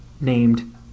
named